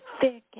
thick